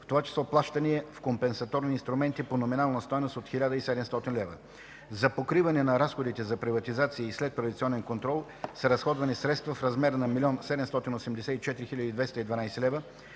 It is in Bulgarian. в това число плащания в компенсаторни инструменти по номинална стойност 1700 лв. За покриване на разходите за приватизация и следприватизационен контрол са разходвани средства в размер на 1 784 212 лв.,